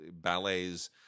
ballets